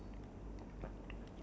ya two rackets